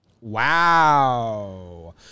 Wow